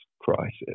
crisis